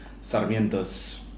Sarmiento's